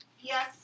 Yes